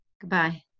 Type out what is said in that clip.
goodbye